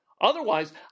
Otherwise